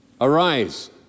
Arise